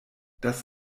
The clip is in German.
das